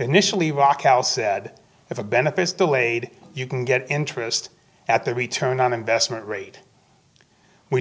initially walk out said if a benefits delayed you can get interest at the return on investment rate we